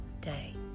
day